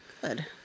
Good